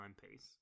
timepiece